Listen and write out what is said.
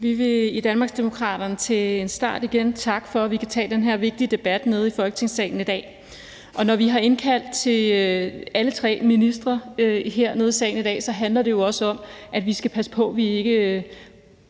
Vi vil i Danmarksdemokraterne til en start igen takke for, at vi kan tage den her vigtige debat nede i Folketingssalen i dag. Når vi har indkaldt alle tre ministre hernede i sagen i dag, handler det jo også om, at vi skal passe på, at vi ikke